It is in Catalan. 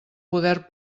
poder